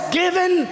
given